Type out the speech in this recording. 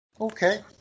Okay